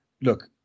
look